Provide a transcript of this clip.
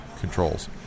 controls